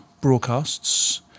broadcasts